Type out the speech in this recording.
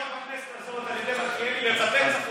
היא הוגשה בכנסת הזאת על ידי מלכיאלי לבטל את החוק,